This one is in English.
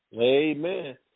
Amen